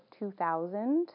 2000